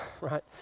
right